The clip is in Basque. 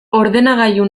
ordenagailu